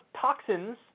toxins